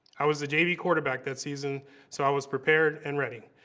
i was the jv quarterback that season so i was prepared and ready,